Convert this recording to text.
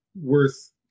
worth